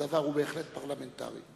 והדבר הוא בהחלט פרלמנטרי.